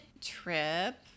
trip